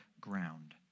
ground